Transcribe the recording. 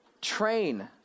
train